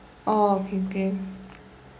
oh okay okay